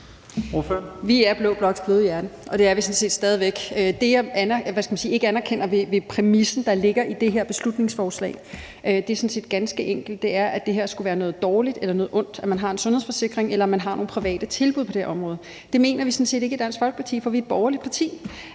Vi er blå bloks bløde hjerte, og det er vi sådan set stadig væk. Det, jeg ikke anerkender ved præmissen for det her beslutningsforslag, er sådan set ganske enkelt, nemlig at det skulle være noget dårligt eller noget ondt, at man har en sundhedsforsikring, eller at man har nogle private tilbud på det område. Det mener vi sådan set ikke i Dansk Folkeparti, for vi er et borgerligt parti.